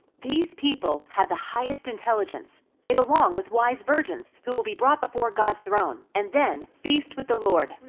these people have the highest intelligence. they belong with wise virgins who will be brought before god's throne and then feast with the lord.